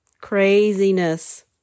Craziness